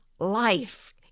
life